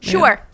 Sure